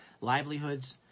livelihoods